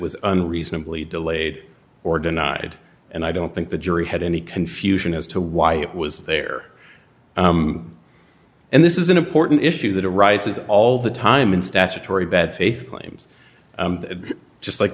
was unreasonably delayed or denied and i don't think the jury had any confusion as to why it was there and this is an important issue that arises all the time in statutory bad faith claims just like